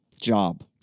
job